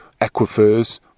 aquifers